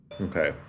Okay